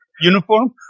uniform